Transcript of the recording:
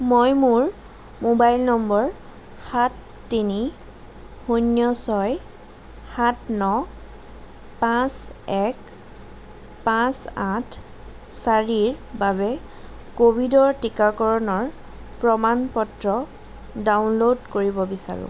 মই মোৰ mobile number সাত তিনি শূণ্য ছয় সাত ন পাঁচ এক পাঁচ আঠ চাৰিৰ বাবে ক'ভিডৰ টীকাকৰণৰ প্ৰমাণ পত্ৰ ডাউনল'ড কৰিব বিচাৰোঁ